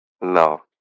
No